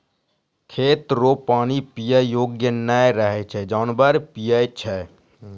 खेत रो पानी पीयै योग्य नै रहै छै जानवर पीयै छै